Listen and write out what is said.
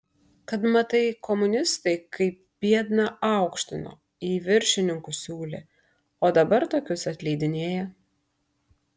kad matai komunistai kaip biedną aukštino į viršininkus siūlė o dabar tokius atleidinėja